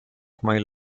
mile